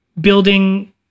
building